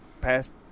past